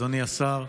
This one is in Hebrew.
אדוני השר,